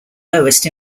lowest